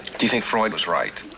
do you think freud was right?